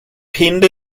pinned